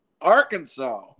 Arkansas